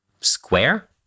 square